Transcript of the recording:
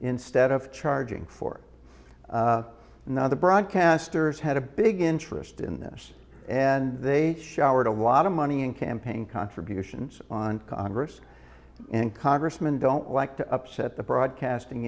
instead of charging for another broadcasters had a big interest in this and they showered a lot of money and campaign contributions on congress and congressmen don't like to upset the broadcasting